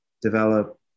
develop